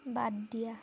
বাদ দিয়া